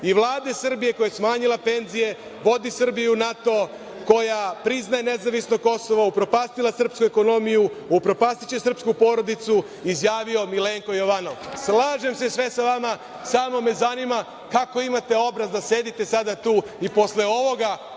i Vlade Srbije koja je smanjila penzije, vodi Srbiju u NATO, koja priznaje nezavisno Kosovo, upropastila srpsku ekonomiju, upropastiće srpsku porodicu, izjavio Milenko Jovanov. Slažem sve sa vama, samo me zanima kako imate obraz da sedite sada tu i posle ovoga